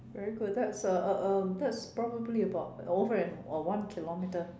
very good that's uh uh that's probably about over an one kilometer